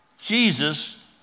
Jesus